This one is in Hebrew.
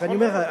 נכון מאוד.